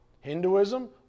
Hinduism